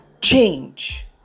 change